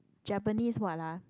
Japanese what ah